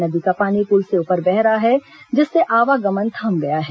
नदी का पानी पुल से उपर बह रहा है जिससे आवागमन थम गया है